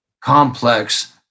complex